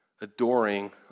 adoring